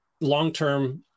long-term